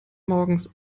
morgens